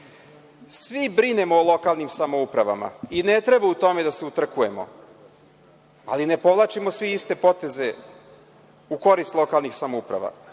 brinemo o lokalnim samoupravama i ne treba u tome da se utrkujemo, ali ne povlačimo svi iste poteze u korist lokalnih samouprava.